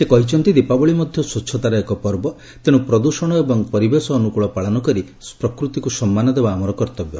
ସେ କହିଛନ୍ତି ଦୀପାବଳି ମଧ୍ୟ ସ୍ୱଚ୍ଚତାର ଏକ ପର୍ବ ତେଣୁ ପ୍ରଦୂଷଣ ଏବଂ ପରିବେଶ ଅନୁକୂଳ ପାଳନ କରି ପ୍ରକୃତିକୁ ସମ୍ମାନ ଦେବା ଆମର କର୍ତ୍ତବ୍ୟ